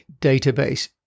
Database